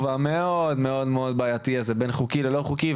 המאוד מאוד בעייתי הזה בין חוקי ללא חוקי,